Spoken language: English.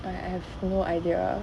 I I have no idea